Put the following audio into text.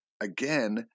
again